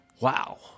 wow